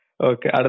Okay